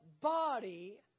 body